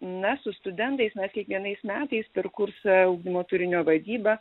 na su studentais mes kiekvienais metais per kursą ugdymo turinio vadyba